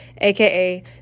AKA